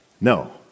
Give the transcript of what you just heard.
no